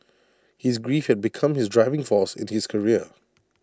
his grief had become his driving force in his career